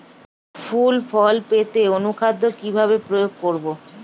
ফুল ফল পেতে অনুখাদ্য কিভাবে প্রয়োগ করব?